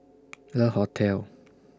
Le Hotel